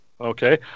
okay